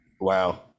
wow